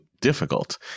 difficult